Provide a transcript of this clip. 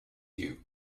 you